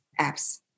apps